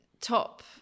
top